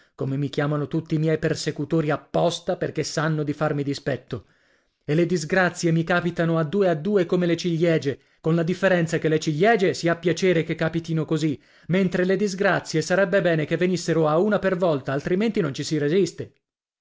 come mi chiamano tutti i miei persecutori apposta perché sanno di farmi dispetto e le disgrazie mi capitano a due a due come le ciliege con la differenza che le ciliege si ha piacere che capitino così mentre le disgrazie sarebbe bene che venissero a una per volta altrimenti non ci si resiste